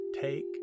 take